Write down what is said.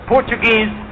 Portuguese